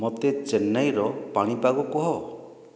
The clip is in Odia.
ମୋତେ ଚେନ୍ନାଇର ପାଣିପାଗ କୁହ